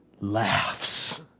laughs